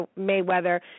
Mayweather